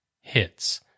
hits